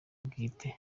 bwite